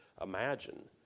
imagine